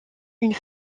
une